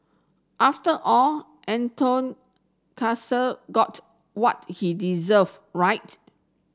after all Anton got what he deserved right